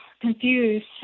confused